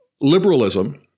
liberalism